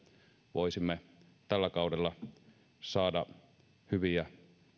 voisimme tällä kaudella saada hyviä